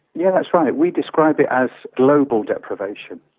yeah, that's right. we describe it as global deprivation.